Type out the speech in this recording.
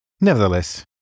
Nevertheless